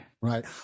Right